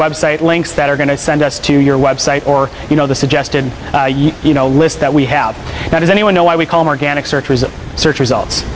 web site links that are going to send us to your website or you know the suggested you know list that we have now does anyone know why we call morgana search